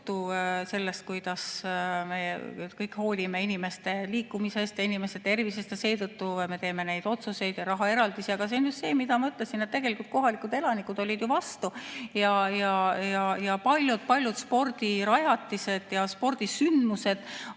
sellest, kuidas me kõik hoolime inimeste liikumisest ja inimeste tervisest ja seetõttu me teeme neid otsuseid ja rahaeraldisi. Kuid see on just see, mille kohta ma ütlesin, et tegelikult kohalikud elanikud olid ju vastu. Paljud spordirajatised ja spordisündmused